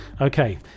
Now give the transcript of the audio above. Okay